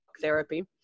therapy